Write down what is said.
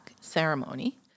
ceremony